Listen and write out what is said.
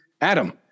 Adam